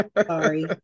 Sorry